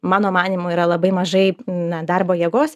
mano manymu yra labai mažai na darbo jėgos